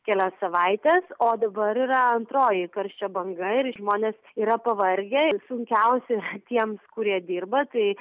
kelias savaites o dabar yra antroji karščio banga ir žmonės yra pavargę ir sunkiausia tiems kurie dirba tai